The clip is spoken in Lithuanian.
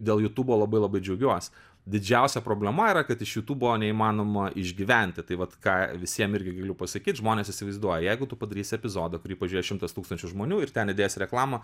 dėl jutubo labai labai džiaugiuos didžiausia problema yra kad iš jutubo neįmanoma išgyventi tai vat ką visiem irgi galiu pasakyt žmonės įsivaizduoja jeigu tu padarysi epizodą kurį pažiūrės šimtas tūkstančių žmonių ir ten įdėsi reklamą